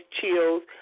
chills